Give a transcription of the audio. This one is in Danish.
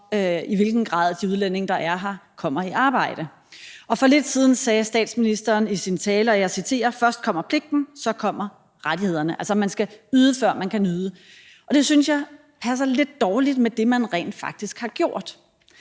i hvilken grad de udlændinge, der er her, kommer i arbejde. For lidt siden sagde statsministeren i sin tale, og jeg citerer: Først kommer pligten, så kommer rettighederne. Altså, man skal yde, før man kan nyde. Og det syntes jeg passer lidt dårligt med det, man rent faktisk har gjort.